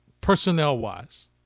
personnel-wise